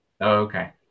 Okay